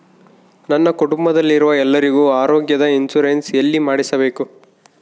ನನ್ನ ಕುಟುಂಬದಲ್ಲಿರುವ ಎಲ್ಲರಿಗೂ ಆರೋಗ್ಯದ ಇನ್ಶೂರೆನ್ಸ್ ಎಲ್ಲಿ ಮಾಡಿಸಬೇಕು?